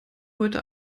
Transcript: heute